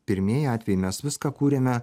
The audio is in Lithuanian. pirmieji atvejai mes viską kūrėme